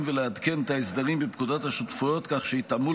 ולעדכן את ההסדרים בפקודות השותפויות כך שיתאמו